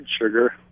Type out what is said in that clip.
sugar